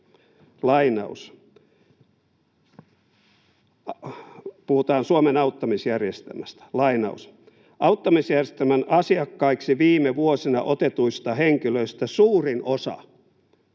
kohtaan, puhutaan Suomen auttamisjärjestelmästä: ”Auttamisjärjestelmän asiakkaiksi viime vuosina otetuista henkilöistä suurin osa